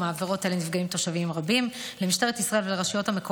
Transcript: ומעבירות אלה נפגעים תושבים רבים.